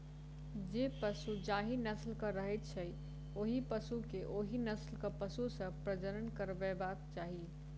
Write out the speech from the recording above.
जे पशु जाहि नस्लक रहैत छै, ओहि पशु के ओहि नस्लक पशु सॅ प्रजनन करयबाक चाही